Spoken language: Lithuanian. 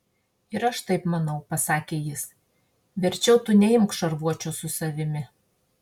ir aš taip manau pasakė jis verčiau tu neimk šarvuočio su savimi